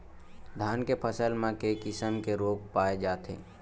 धान के फसल म के किसम के रोग पाय जाथे?